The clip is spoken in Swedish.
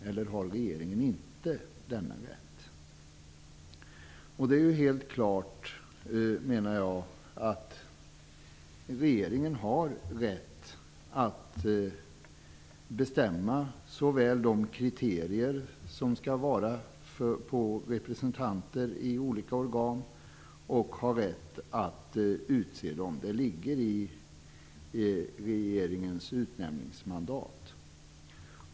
Jag menar att det är helt klart att regeringen har rätt att såväl bestämma de kriterier som skall uppfyllas vid nominering av representanter i olika organ som att utse dem. Det ligger i regeringens utnämningsmandat.